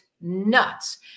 nuts